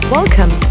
Welcome